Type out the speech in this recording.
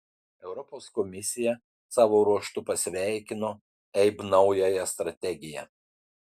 europos komisija savo ruožtu pasveikino eib naująją strategiją